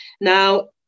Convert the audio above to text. Now